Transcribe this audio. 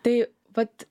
tai vat